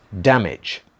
damage